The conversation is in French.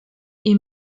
est